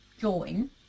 join